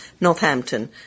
Northampton